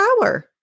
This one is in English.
power